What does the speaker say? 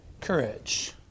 courage